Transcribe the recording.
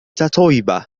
تتويبا